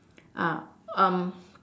ah um